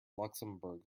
luxembourg